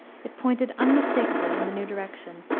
it pointed unmistakably in the new direction.